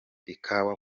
ikawa